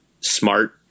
smart